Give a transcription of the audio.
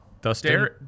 Dustin